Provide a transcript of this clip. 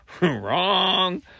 wrong